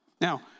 Now